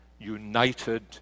united